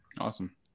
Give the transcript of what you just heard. Awesome